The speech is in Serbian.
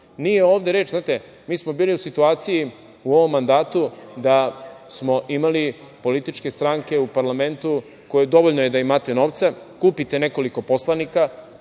mandat? Znate, mi smo bili u situaciji u ovom mandatu da smo imali političke stranke u parlamentu koje, dovoljno je da imate novca, kupite nekoliko poslanika,